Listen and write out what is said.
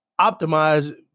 optimize